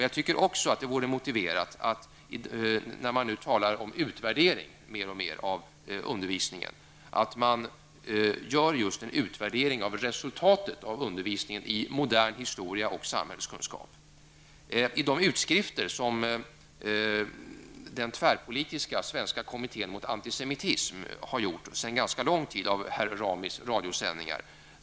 Jag tycker också att det vore motiverat, när man nu mer och mer talar om utvärdering av undervisningen, att göra just en utvärdering av resultatet av undervisningen i modern historia och samhällskunskap. Antisemitism har sedan ganska lång tid gjort utskrifter av herr Ramis radiosändningar.